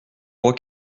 crois